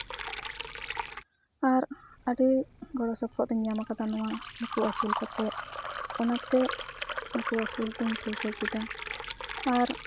ᱟᱨ ᱟᱹᱰᱤ ᱜᱚᱲᱚ ᱥᱚᱯᱚᱦᱚᱫ ᱤᱧ ᱧᱟᱢ ᱟᱠᱟᱫᱟ ᱱᱚᱣᱟ ᱱᱩᱠᱩ ᱟᱹᱥᱩᱞ ᱠᱟᱛᱮᱫ ᱚᱱᱟᱛᱮ ᱱᱩᱠᱩ ᱟᱹᱥᱩᱞ ᱫᱚᱧ ᱴᱷᱟᱹᱣᱠᱟᱹ ᱠᱮᱫᱟ ᱟᱨ